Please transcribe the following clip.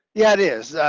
yeah, it is.